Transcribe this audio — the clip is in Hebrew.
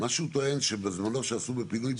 מה שהוא טוען, זה שבזמנו מה שעשו בפינוי בינוי.